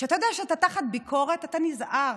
כשאתה יודע שאתה תחת ביקורת, אתה נזהר.